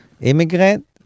immigrant